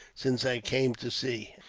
since i came to sea.